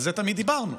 על זה תמיד דיברנו.